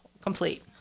complete